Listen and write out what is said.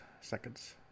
seconds